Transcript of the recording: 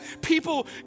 people